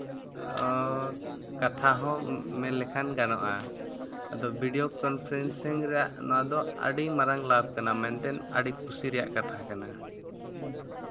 ᱠᱟᱛᱷᱟ ᱦᱚᱸ ᱢᱮᱱ ᱞᱮᱠᱷᱟᱱ ᱜᱟᱱᱚᱜᱼᱟ ᱟᱫᱚ ᱵᱷᱤᱰᱤᱭᱳ ᱠᱚᱱᱯᱷᱟᱨᱮᱱᱥᱤᱝ ᱨᱮᱭᱟᱜ ᱱᱚᱣᱟ ᱫᱚ ᱟᱹᱰᱤ ᱢᱟᱨᱟᱝ ᱞᱟᱵᱽ ᱠᱟᱱᱟ ᱢᱮᱱᱛᱮ ᱟᱹᱰᱤ ᱠᱩᱥᱤ ᱨᱮᱭᱟᱜ ᱠᱟᱛᱷᱟ ᱠᱟᱱᱟ